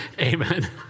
Amen